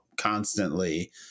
constantly